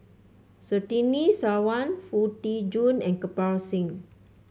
Surtini Sarwan Foo Tee Jun and Kirpal Singh